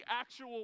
actual